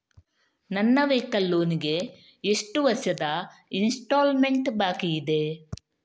ನನ್ನ vehicle loan ಗೆ ಎಷ್ಟು ವರ್ಷದ ಇನ್ಸ್ಟಾಲ್ಮೆಂಟ್ ಬಾಕಿ ಇದೆ?